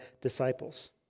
disciples